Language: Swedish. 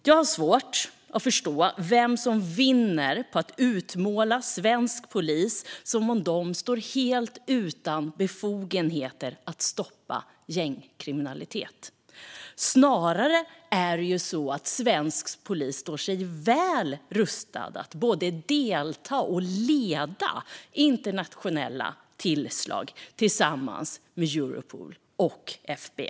Jag har svårt att förstå vem som vinner på att utmåla svensk polis som att de står helt utan befogenheter att stoppa gängkriminalitet. Snarare står svensk polis väl rustad att både delta i och leda internationella tillslag tillsammans med Europol och FBI.